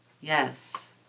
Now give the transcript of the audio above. Yes